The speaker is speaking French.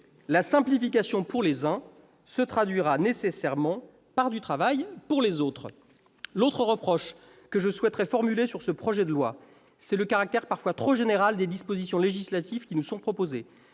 La simplification pour les uns se traduira nécessairement par du travail pour les autres. L'autre reproche que je souhaiterais formuler sur ce projet de loi est le caractère parfois trop général des dispositions législatives qui nous sont proposées.